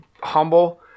humble